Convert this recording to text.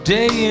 Day